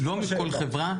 לא מכל חברה.